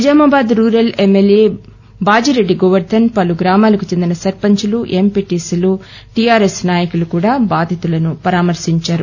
Nizamabad rural MLA Bajireddy Govardhan పు గ్రామాకు చెందిన సర్పంచ్ు ఎంపీటీ టీఆర్ఎస్ నాయకు కూడా బాధితును పరామర్పించారు